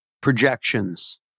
projections